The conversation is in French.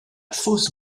fosse